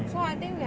mm